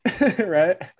right